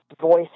voice